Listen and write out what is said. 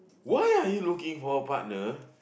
why are you looking for a partner